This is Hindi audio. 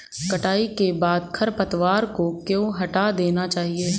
कटाई के बाद खरपतवार को क्यो हटा देना चाहिए?